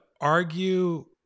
argue